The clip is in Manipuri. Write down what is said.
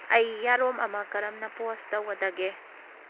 ꯑꯩ ꯌꯥꯔꯣꯝ ꯑꯃ ꯀꯔꯝꯅ ꯄꯣꯁ ꯇꯧꯒꯗꯒꯦ